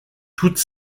toute